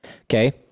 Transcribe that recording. Okay